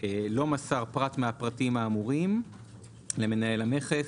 שלא מסר פרט מהפרטים האמורים למנהל המכס,